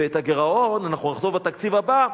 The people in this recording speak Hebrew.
ואת הגירעון אנחנו נחטוף בתקציב הבא,